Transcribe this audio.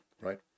Right